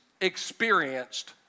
experienced